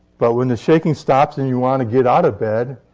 but when the shaking stops, and you want to get out of bed,